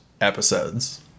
episodes